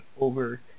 over